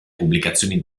pubblicazioni